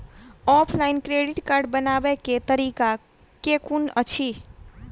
Offline credit card बनाबै केँ तरीका केँ कुन अछि?